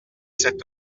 cet